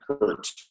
Hurt